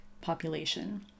population